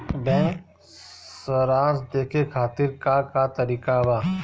Bank सराश देखे खातिर का का तरीका बा?